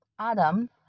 Adam